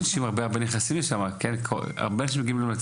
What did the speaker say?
כשאנשים נוסעים לצפון,